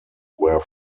were